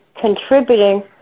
contributing